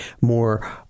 more